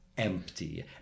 empty